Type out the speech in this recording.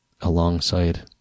alongside